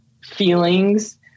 feelings